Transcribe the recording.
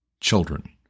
children